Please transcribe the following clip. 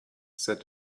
said